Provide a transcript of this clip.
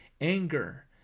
anger